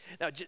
Now